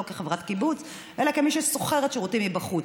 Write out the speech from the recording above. לא כחברת קיבוץ אלא כמי ששוכרת שירותים מבחוץ.